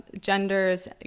genders